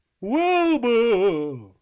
Wilbur